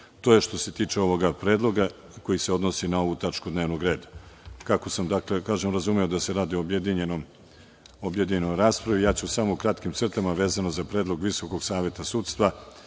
To je što se tiče ovog predloga koji se odnosi na ovu tačku dnevnog reda. Kako, sam razumeo da se radi o objedinjenoj raspravi, ja ću samo u kratkim crtama vezano za predlog Visokog saveta sudstva,